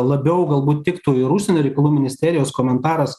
labiau galbūt tiktų ir užsienio reikalų ministerijos komentaras